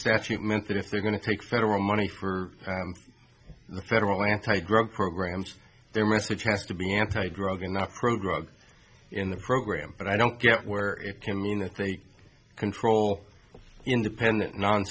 statute meant that if they're going to take federal money for the federal anti growth programs their message has to be anti drug in the program in the program but i don't get where it can mean that they control independent non